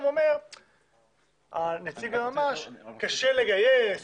אומר היועמ"ש: קשה לגייס,